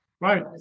Right